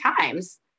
times